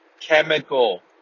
chemical